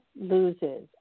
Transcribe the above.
loses